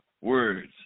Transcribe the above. words